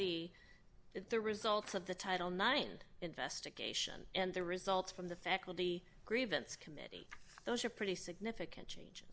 the the results of the title not investigation and the results from the faculty grievance committee those are pretty significant